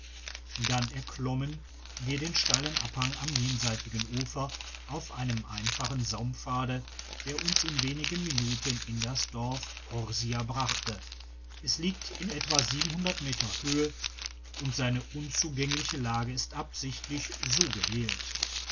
dann erklommem wir den steilen abhang am jenseitigen ufer auf einem einfachen saumpfade der uns in wenigen minuten in das dorf horsia brachte es liegt in etwa meter höhe und seine unzugängliche lage ist absichtlich so gedorf